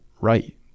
right